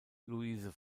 louise